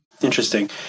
Interesting